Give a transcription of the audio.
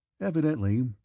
Evidently